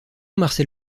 marcel